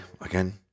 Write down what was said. again